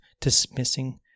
dismissing